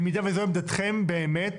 במידה וזו עמדתכם באמת